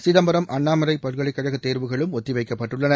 சிதம்பரம் அண்ணாமலைப் பல்கலைக்கழக தேர்வுகளும் ஒத்தி வைக்கப்பட்டுள்ளன